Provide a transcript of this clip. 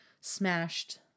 smashed